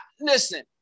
listen